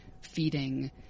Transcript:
feeding